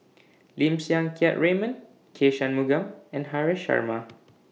Lim Siang Keat Raymond K Shanmugam and Haresh Sharma